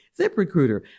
ZipRecruiter